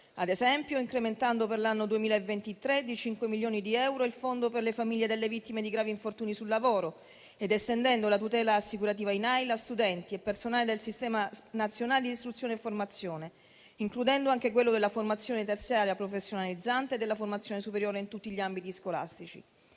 ad esempio incrementando per l'anno 2023 di 5 milioni di euro il fondo per le famiglie delle vittime di gravi infortuni sul lavoro ed estendendo la tutela assicurativa INAIL a studenti e personale del sistema nazionale di istruzione e formazione, includendo anche quello della formazione terziaria professionalizzante e della formazione superiore in tutti gli ambiti scolastici.